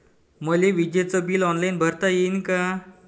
मले विजेच bill online भरता येईन का?